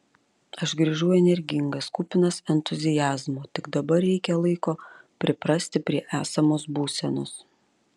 aš grįžau energingas kupinas entuziazmo tik dabar reikia laiko priprasti prie esamos būsenos